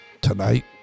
tonight